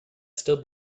still